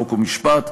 חוק ומשפט,